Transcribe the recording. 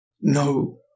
No